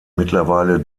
mittlerweile